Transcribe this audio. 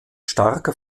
starker